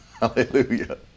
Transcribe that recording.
Hallelujah